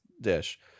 dish